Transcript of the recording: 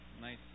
Nice